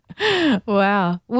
Wow